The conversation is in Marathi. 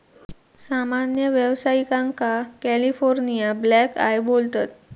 सामान्य व्यावसायिकांका कॅलिफोर्निया ब्लॅकआय बोलतत